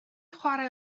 chwarae